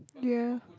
ya